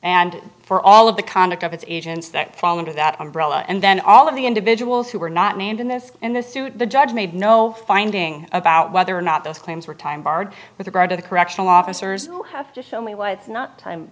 and for all of the conduct of its agents that fall under that umbrella and then all of the individuals who were not named in this in the suit the judge made no finding about whether or not those claims were time barred with regard to the correctional officers have to show me why it's not time